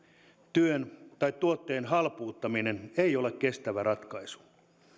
työn tai tuotteen halpuuttaminen ei ole kestävä ratkaisu